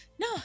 no